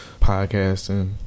podcasting